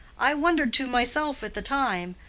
i wondered to myself at the time.